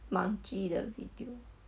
manji 的 video